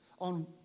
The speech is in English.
on